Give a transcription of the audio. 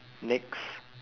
next